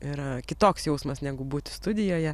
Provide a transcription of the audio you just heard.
yra kitoks jausmas negu būti studijoje